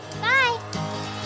Bye